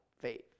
faith